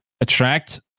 attract